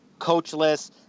coachless